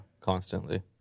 constantly